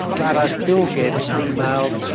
but i still get emails,